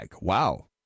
Wow